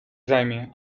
zajmie